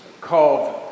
called